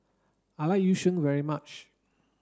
I like yu sheng very much